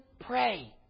pray